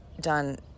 done